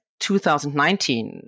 2019